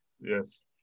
Yes